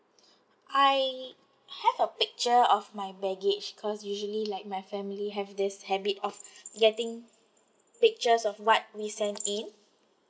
I have a picture of my baggage because usually like my family have this habit of getting pictures of what we send in